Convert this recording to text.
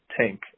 tank